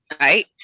right